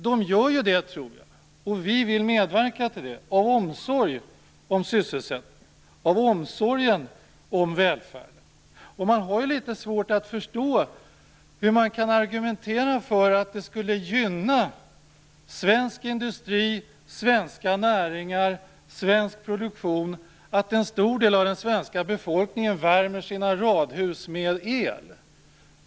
De gör detta, och vi vill medverka till det av omsorg om sysselsättningen och välfärden. Man har litet svårt att förstå hur man kan argumentera för att det skulle gynna svensk industri, svenska näringar och svensk produktion att en stor del av den svenska befolkningen värmer sina radhus med el.